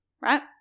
right